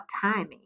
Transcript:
timing